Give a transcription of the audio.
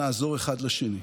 נעזור אחד לשני.